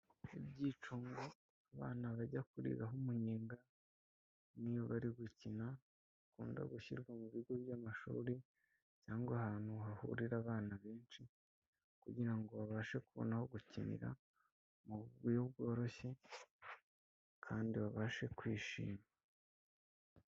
Ibyicungo abana bajya kurigaho umunyenga iyo bari gukina bikunda gushyirwa mu bigo by'amashuri, cyangwa ahantu hahurira abana benshi kugirango ngo babashe kubona aho gukinira mu buryo bworoshye kandi babashe kwishima.